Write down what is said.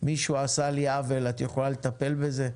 מישהו עשה לי עוול, את יכולה לטפל בזה?